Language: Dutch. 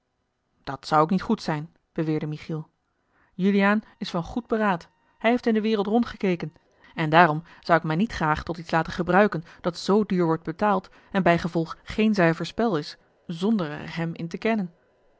dat zou ook niet goed zijn beweerde michiel juliaan is van goed beraad hij heeft in de wereld rondgekeken en daarom zou ik mij niet graag tot iets laten gebruiken dat zoo duur wordt betaald en bijgevolg geen zuiver spel is zonder er hem in te kennen